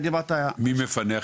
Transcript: מי מפנה?